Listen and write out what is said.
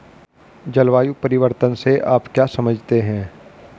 जलवायु परिवर्तन से आप क्या समझते हैं?